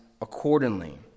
accordingly